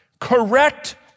Correct